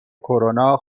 کرونا